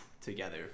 together